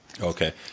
Okay